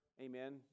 Amen